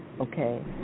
okay